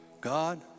God